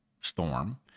storm